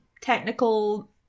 technical